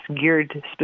geared